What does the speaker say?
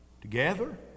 Together